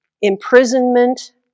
imprisonment